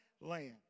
land